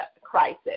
crisis